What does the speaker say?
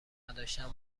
نداشتن